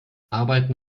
arbeiten